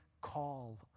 call